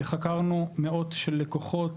חקרנו מאות של לקוחות,